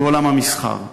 לעולם המסחר,